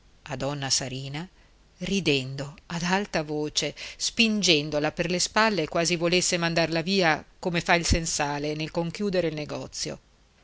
a donna sarina ridendo ad alta voce spingendola per le spalle quasi volesse mandarla via come fa il sensale nel conchiudere il negozio